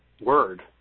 Word